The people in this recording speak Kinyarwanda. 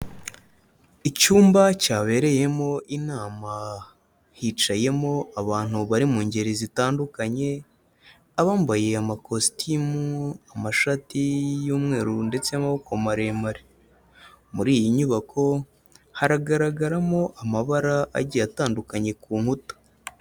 Icyumba cyabereyemo inama, hicayemo abantu bari mu ngeri zitandukanye, abambaye amakositimu, amashati y'umweru ndetse y'amaboko maremare, muri iyi nyubako haragaragaramo amabara agiye atandukanye ku nkuta.